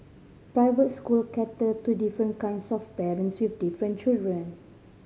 private school cater to different kinds of parents with different children